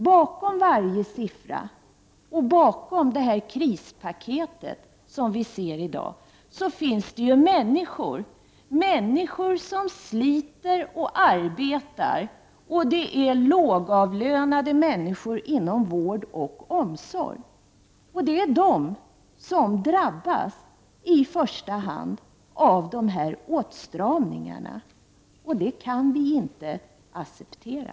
Bakom varje siffra och bakom detta krispaket som vi ser i dag finns människor som sliter och arbetar. Det är lågavlönade människor inom vård och omsorg. Det är de som drabbas i första hand av dessa åtstramningar. Det kan vi inte acceptera.